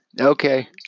Okay